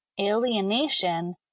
alienation